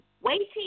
waiting